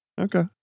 Okay